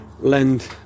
lend